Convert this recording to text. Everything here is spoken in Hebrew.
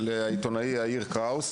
של העיתונאי יאיר קראוס,